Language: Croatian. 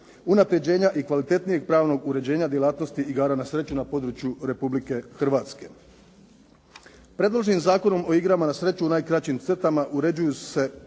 unapređenja i kvalitetnijeg pravnog uređenja djelatnosti igara na sreću na području Republike Hrvatske. Predloženim Zakonom o igrama na sreću u najkraćim crtama uređuju se